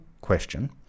question